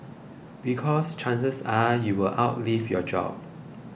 because chances are you will outlive your job